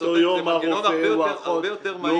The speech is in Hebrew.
באותו יום רופא או אחות לא פנויים.